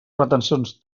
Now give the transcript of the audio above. pretensions